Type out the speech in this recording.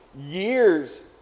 years